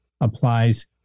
applies